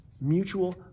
Mutual